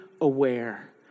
aware